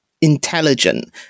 intelligent